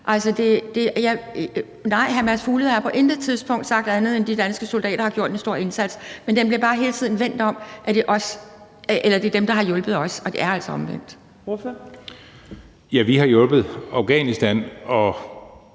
nej, hr. Mads Fuglede har på intet tidspunkt sagt andet, end at de danske soldater har gjort en stor indsats, men den bliver bare hele tiden vendt om ved at sige, at det er dem, der har hjulpet os, og det er altså omvendt. Kl. 18:53 Tredje næstformand